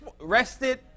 rested